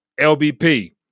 lbp